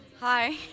Hi